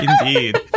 indeed